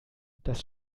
das